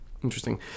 Interesting